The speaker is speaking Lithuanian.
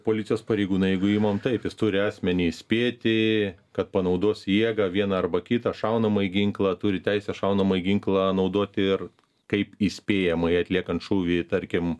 policijos pareigūną jeigu imam taip jis turi asmenį įspėti kad panaudos jėgą vieną arba kitą šaunamąjį ginklą turi teisę šaunamąjį ginklą naudot ir kaip įspėjamąjį atliekant šūvį tarkim